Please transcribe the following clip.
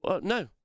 no